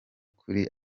kuri